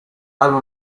alla